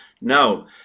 Now